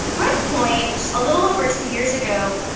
redpoint, a little over two years ago,